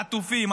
חטופים,